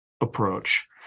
approach